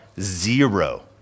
zero